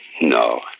No